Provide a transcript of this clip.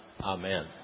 Amen